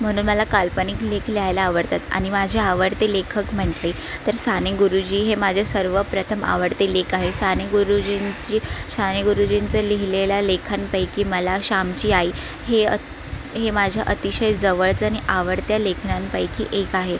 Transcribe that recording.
म्हणून मला काल्पनिक लेख लिहायला आवडतात आणि माझे आवडते लेखक म्हटले तर साने गुरुजी हे माझे सर्वप्रथम आवडते लेक आहे साने गुरुजींची साने गुरुजींच्या लिहिलेल्या लेखांपैकी मला श्यामची आई हे हे माझं अतिशय जवळचं आणि आवडत्या लेखनांपैकी एक आहे